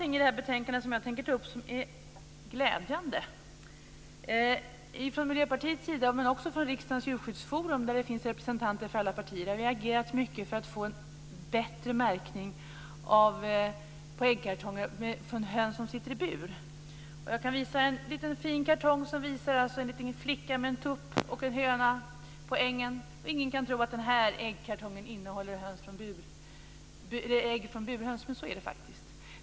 Jag tänker ta upp något som är glädjande i betänkandet. Från Miljöpartiets sida men också från Riksdagens djurskyddsforum med representanter för alla partier har det agerats mycket för att få en bättre märkning av kartonger för ägg från höns som sitter i bur. Jag visar här för kammaren upp en fin kartong där man har avbildat en liten flicka med en tupp och en höna på en äng. Ingen kan tro att den här äggkartongen innehåller ägg från burhöns, men så är det faktiskt.